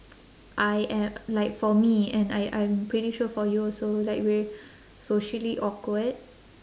I uh like for me and I I'm pretty sure for you also like we're socially awkward